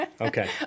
Okay